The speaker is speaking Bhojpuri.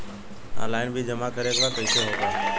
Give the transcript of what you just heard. ऑनलाइन बिल जमा करे के बा कईसे होगा?